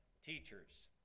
teachers